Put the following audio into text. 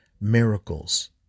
miracles